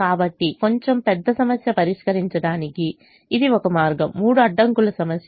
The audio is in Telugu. కాబట్టి కొంచెం పెద్ద సమస్యను పరిష్కరించడానికి ఇది ఒక మార్గం 3 అడ్డంకుల సమస్య